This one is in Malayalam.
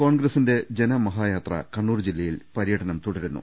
കോൺഗ്രസിന്റെ ജനമഹായാത്ര കണ്ണൂർ ജില്ലയിൽ പര്യടനം തുടരുന്നു